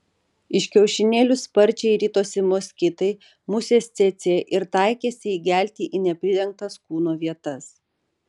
iš kiaušinėlių sparčiai ritosi moskitai musės cėcė ir taikėsi įgelti į nepridengtas kūno vietas